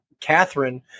Catherine